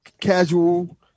casual